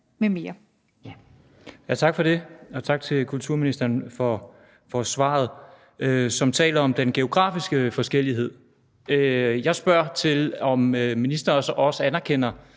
(V): Tak for det, og tak til kulturministeren for svaret. Ministeren taler om den geografiske forskellighed. Jeg spørger til, om ministeren så også anerkender